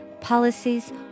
policies